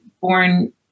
born